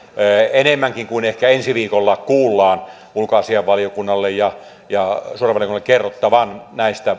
enemmänkin kuin ehkä ensi viikolla kuullaan ulkoasiainvaliokunnalle ja ja suurelle valiokunnalle kerrottavan näistä